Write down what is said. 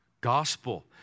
Gospel